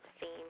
theme